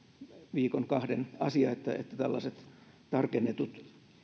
viikon kahden asia että että tällaiset tarkennetut